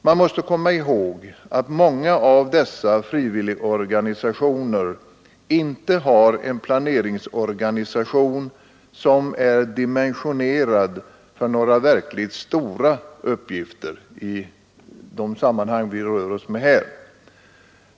Man måste komma ihåg att många av dessa frivilligorganisationer inte har en planeringsorganisation som är dimensionerad för några verkligt stora uppgifter i de sammanhang vi rör oss med här.